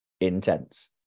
intense